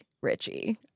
Richie